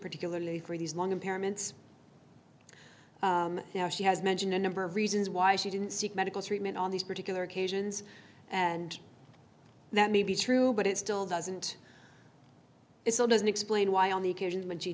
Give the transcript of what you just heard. particularly for these long impairments now she has mentioned a number of reasons why she didn't seek medical treatment on these particular occasions and that may be true but it still doesn't it still doesn't explain why on the occasions when she